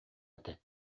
этэ